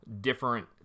different